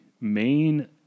main